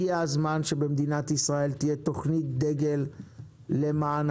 הגיעו הזמן שבמדינת ישראל תהיה תוכנית דגל למענקים,